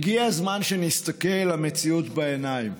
הגיע הזמן שנסתכל למציאות בעיניים.